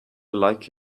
like